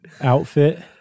outfit